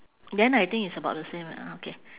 then I think it's about the same lah okay